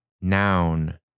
noun